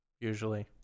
usually